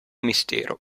mistero